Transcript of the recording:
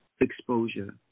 exposure